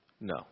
no